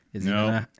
No